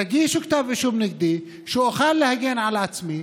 תגישו כתב אישום נגדי כדי שאוכל להגן על עצמי,